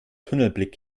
tunnelblick